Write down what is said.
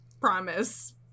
Promise